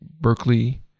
Berkeley